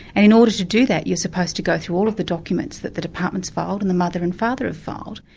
and in order to do that, you're supposed to go through all of the documents that the department's filed and the mother and father have filed.